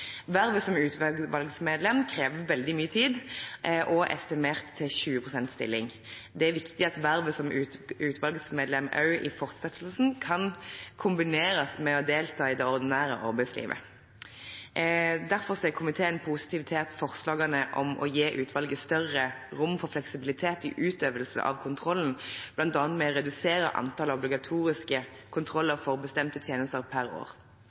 Vervet som utvalgsmedlem krever veldig mye tid og er estimert til en 20 pst.-stilling. Det er viktig at vervet som utvalgsmedlem også i fortsettelsen kan kombineres med å delta i det ordinære arbeidslivet. Derfor er komiteen positiv til forslagene om å gi utvalget større rom for fleksibilitet i utøvelse av kontrollen, bl.a. ved å redusere antallet obligatoriske kontroller for bestemte tjenester per år.